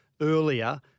earlier